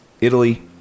Italy